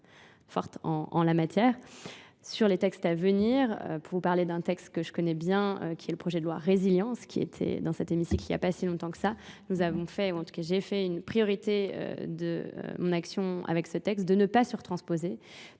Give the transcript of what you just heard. fortes en la matière. Sur les textes à venir, pour vous parler d'un texte que je connais bien, qui est le projet de loi Résilience, qui était dans cet hémicycle il n'y a pas si longtemps que ça, nous avons fait, ou en tout cas j'ai fait une priorité de mon action avec ce texte, de ne pas sur-transposer,